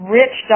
rich